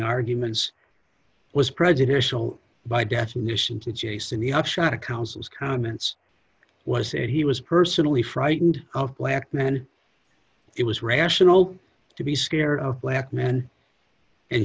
arguments was prejudicial by definition to jason the upshot of counsel's comments was that he was personally frightened of black men it was rational to be scared of black men and